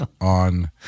on